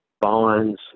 bonds